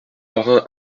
parrain